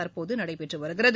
தற்போது நடைபெற்று வருகிறது